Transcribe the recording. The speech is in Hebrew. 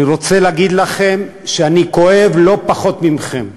אני רוצה להגיד לכם שאני כואב לא פחות מכם.